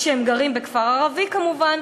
שמכיוון שהם גרים בכפר ערבי כמובן,